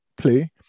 play